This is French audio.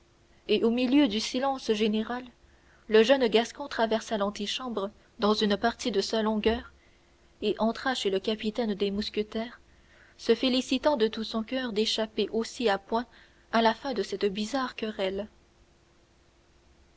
et au milieu du silence général le jeune gascon traversa l'antichambre dans une partie de sa longueur et entra chez le capitaine des mousquetaires se félicitant de tout son coeur d'échapper aussi à point à la fin de cette bizarre querelle